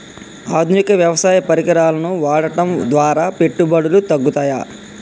ఆధునిక వ్యవసాయ పరికరాలను వాడటం ద్వారా పెట్టుబడులు తగ్గుతయ?